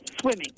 Swimming